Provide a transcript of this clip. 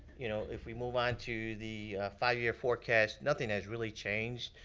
you know if we move on to the five year forecast, nothing has really changed.